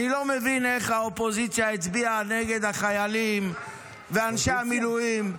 אני לא מבין איך האופוזיציה הצביעה נגד החיילים ואנשי המילואים.